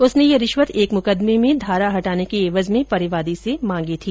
उसने ये रिश्वत एक मुकदमे में धारा हटाने की एवज में परिवादी से मांगी थी